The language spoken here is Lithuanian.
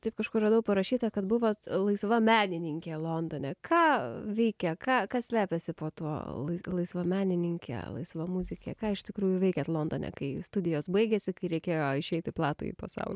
taip kažkur radau parašyta kad buvot laisva menininkė londone ką veikia ką kas slepiasi po tuo lais laisva menininkė laisva muzikė ką iš tikrųjų veikiat londone kai studijos baigėsi kai reikėjo išeiti į platųjį pasaulį